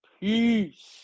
peace